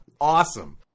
Awesome